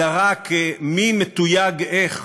אלא רק מי מתויג איך,